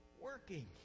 working